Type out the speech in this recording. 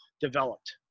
developed